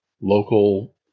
local